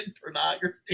pornography